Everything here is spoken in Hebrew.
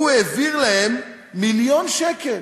הוא העביר להם מיליון שקל.